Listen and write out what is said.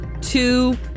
two